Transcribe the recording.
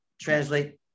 translate